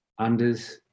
unders